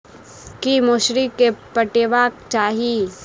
की मौसरी केँ पटेबाक चाहि?